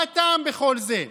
מה הטעם בכל זה?